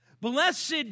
Blessed